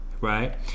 right